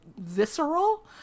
visceral